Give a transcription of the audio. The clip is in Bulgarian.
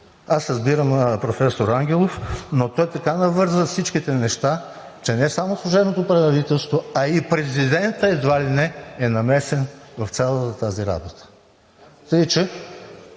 аз разбирам професор Ангелов, но той така навърза всичките неща, че не само служебното правителство, а и президентът едва ли не е намесен в цялата тази работа. Аз